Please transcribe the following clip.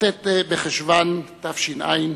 כ"ט בחשוון תש"ע,